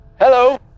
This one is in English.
Hello